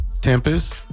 Tempest